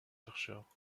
chercheurs